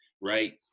Right